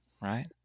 right